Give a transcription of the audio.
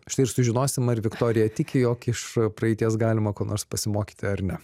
štai ir sužinosim ar viktorija tiki jog iš praeities galima ko nors pasimokyti ar ne